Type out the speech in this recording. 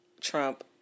Trump